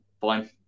fine